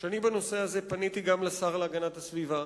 שבנושא הזה פניתי גם לשר להגנת הסביבה,